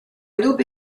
dubbi